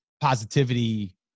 positivity